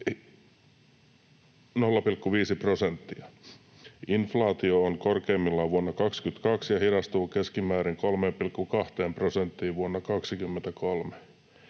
0,5 prosenttia. Inflaatio on korkeimmillaan vuonna 2022 ja hidastuu keskimäärin 3,2 prosenttiin vuonna 2023.